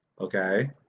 Okay